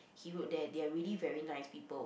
he wrote there they are really very nice people